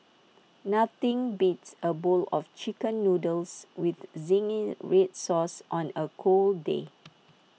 nothing beats A bowl of Chicken Noodles with Zingy Red Sauce on A cold day